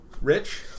Rich